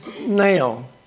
now